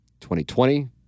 2020